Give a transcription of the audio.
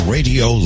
Radio